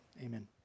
amen